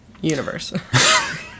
Universe